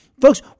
Folks